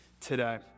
today